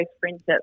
friendships